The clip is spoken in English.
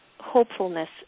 hopefulness